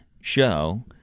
show